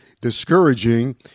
discouraging